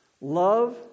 Love